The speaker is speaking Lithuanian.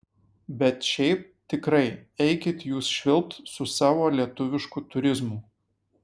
bet šiaip tikrai eikit jūs švilpt su savo lietuvišku turizmu